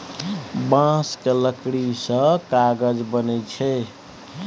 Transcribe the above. बांस केर लकड़ी सँ कागज बनइ छै